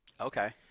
Okay